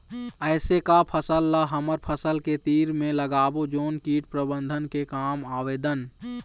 ऐसे का फसल ला हमर फसल के तीर मे लगाबो जोन कीट प्रबंधन के काम आवेदन?